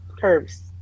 curves